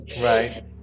Right